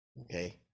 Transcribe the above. Okay